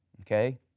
Okay